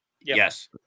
Yes